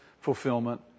fulfillment